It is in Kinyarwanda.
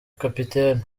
kapiteni